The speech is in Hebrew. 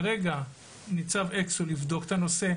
כרגע ניצב אקסול יבדוק את הנושא,